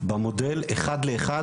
במודל אחד לאחד,